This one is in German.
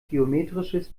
geometrisches